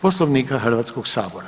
Poslovnika Hrvatskog sabora.